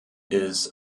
ist